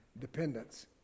dependence